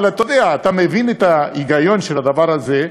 אבל, אתה יודע, אתה מבין את ההיגיון של הדבר הזה,